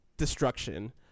destruction